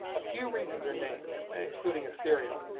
a few regions are named including a syria,